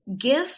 gift